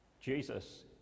Jesus